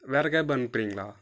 வேற கேப் அனுப்புறீங்களா